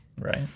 Right